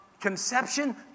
conception